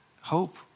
hope